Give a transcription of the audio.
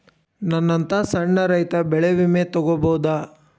ನನ್ನಂತಾ ಸಣ್ಣ ರೈತ ಬೆಳಿ ವಿಮೆ ತೊಗೊಬೋದ?